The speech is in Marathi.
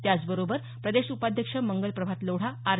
त्याचबरोबर प्रदेश उपाध्यक्ष मंगलप्रभात लोढा आर